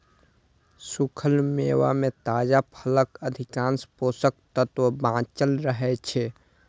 सूखल मेवा मे ताजा फलक अधिकांश पोषक तत्व बांचल रहै छै